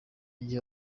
gihe